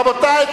רבותי,